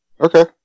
Okay